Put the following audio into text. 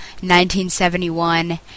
1971